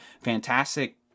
Fantastic